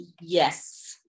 yes